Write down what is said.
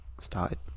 started